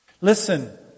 Listen